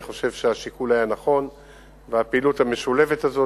אני חושב שהשיקול היה נכון והפעילות המשולבת הזו